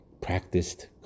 practiced